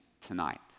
tonight